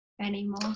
anymore